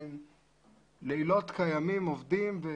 לילות כימים עובדים.